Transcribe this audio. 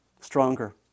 stronger